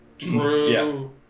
true